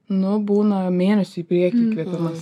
nu būna mėnesiui į priekį įkvėpimas